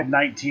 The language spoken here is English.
19